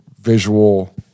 visual